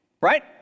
Right